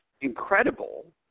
incredible